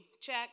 check